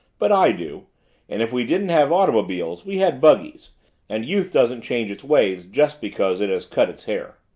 but i do and if we didn't have automobiles, we had buggies and youth doesn't change its ways just because it has cut its hair.